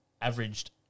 averaged